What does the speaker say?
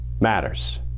matters